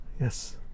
Yes